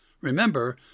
Remember